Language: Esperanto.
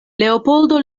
leopoldo